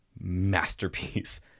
masterpiece